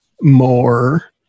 more